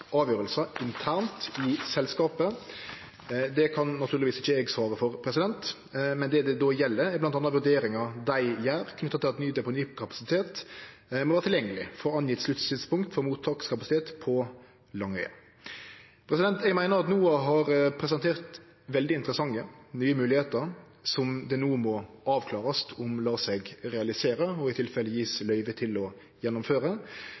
internt i selskapet. Det kan naturlegvis ikkje eg svare for, men det vil då gjelde i bl.a. vurderingar dei gjer knytte til at ny deponikapasitet må vere tilgjengeleg for angjeve sluttidspunkt for mottakskapasitet på Langøya. Eg meiner at NOAH har presentert veldig interessante nye moglegheiter som det no må avklarast om lèt seg realisere, og i tilfelle gjevast løyve til å gjennomføre.